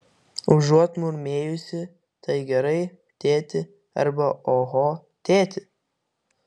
užuot murmėjusi tai gerai tėti arba oho tėti